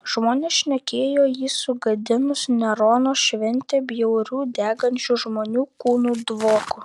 žmonės šnekėjo jį sugadinus nerono šventę bjauriu degančių žmonių kūnų dvoku